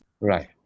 right